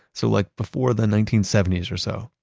so like before the nineteen seventy s or so,